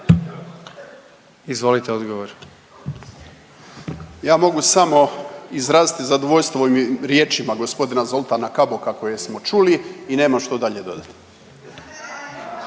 Nino (MOST)** Ja mogu samo izraziti zadovoljstvo riječima g. Zoltana Kaboka koje smo čuli i nemam što dalje dodati.